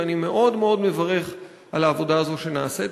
ואני מאוד מאוד מברך על העבודה הזו שנעשית.